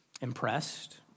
Impressed